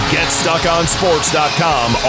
GetStuckOnSports.com